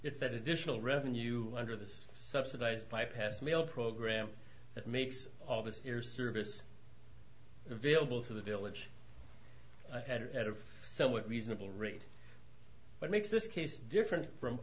it's that additional revenue under this subsidized bypass mail program that makes all the air service available to the village at a somewhat reasonable rate what makes this case different from